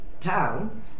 town